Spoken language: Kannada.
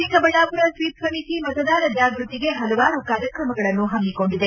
ಚಿಕ್ಕಬಳ್ಳಾಮರ ಸ್ನೀಪ್ ಸಮಿತಿ ಮತದಾನ ಜಾಗೃತಿಗೆ ಪಲವಾರು ಕಾರ್ಯಕ್ರಮಗಳನ್ನು ಪಮ್ಮಿಕೊಂಡಿದೆ